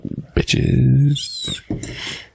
Bitches